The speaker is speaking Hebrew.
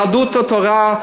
יהדות התורה,